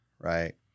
right